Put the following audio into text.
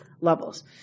levels